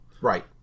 Right